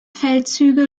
feldzüge